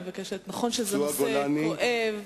נכון שזה נושא כואב